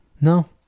no